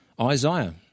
Isaiah